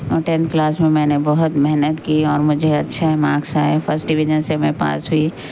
ten class میں میں نے بہت محنت کی اور مجھے اچھے مارکس آئے فسٹ ڈویژن سے میں پاس ہوئی